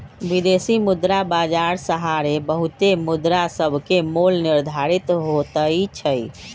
विदेशी मुद्रा बाजार सहारे बहुते मुद्रासभके मोल निर्धारित होतइ छइ